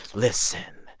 listen,